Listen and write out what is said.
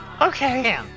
Okay